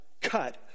cut